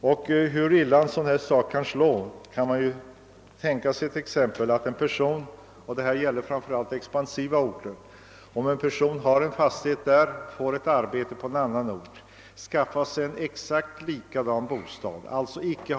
Jag kan ge ett exempel på hur illa denna beskattning kan slå. Vi kan tänka oss att en person i en expansiv ort har en fastighet men får arbete på annan ort och där skaffar sig en exakt likadan bostad i stället för den gamla.